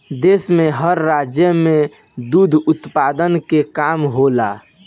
देश में हर राज्य में दुध उत्पादन के काम होला